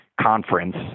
conference